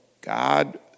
God